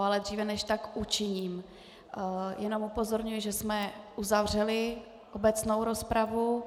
Ale dříve než tak učiním, jenom upozorňuji, že jsme uzavřeli obecnou rozpravu.